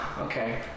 okay